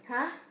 !huh!